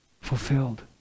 fulfilled